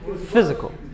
physical